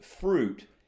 fruit